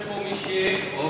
יושב פה מי שהוביל,